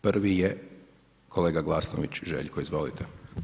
Prvi je kolega Glasnović Željko, izvolite.